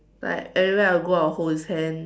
like everywhere I go I will hold his hand